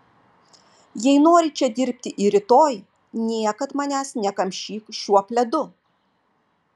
jei nori čia dirbti ir rytoj niekad manęs nekamšyk šiuo pledu